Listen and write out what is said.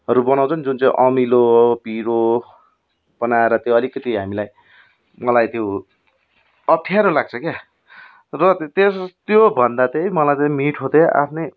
हरू बनाउँछ नि जुन चाहिँ अमिलो पिरो बनाएर त्यो अलिकति हामीलाई मलाई त्यो अप्ठ्यारो लाग्छ क्या र त्यस त्योभन्दा चाहिँ मलाई चाहिँ मिठो चाहिँ आफ्नै